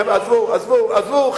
חבר'ה, עזבו, עזבו.